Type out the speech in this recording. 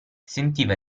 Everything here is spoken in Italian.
sentiva